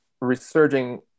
resurging